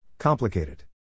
Complicated